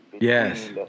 Yes